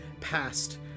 past